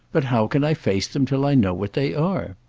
but how can i face them till i know what they are?